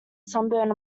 sunburn